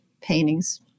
paintings